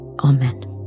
Amen